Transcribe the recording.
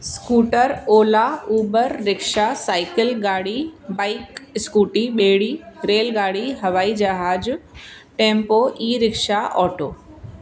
scooter Ola Uber rickshaw cycle गाॾी bike scooty ॿेड़ी रेल गाॾी हवाई जहाज टैंम्पो ई रिक्शा ऑटो